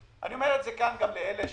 אני אומר את זה כאן גם לאלה שיושבים,